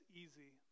easy